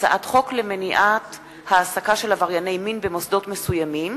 הצעת חוק למניעת העסקה של עברייני מין במוסדות מסוימים